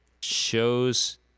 shows